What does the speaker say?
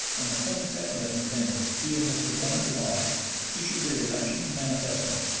on the twenty second of november he and mr. bonar law issued their election manifesto.